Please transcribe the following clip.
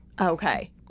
Okay